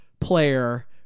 player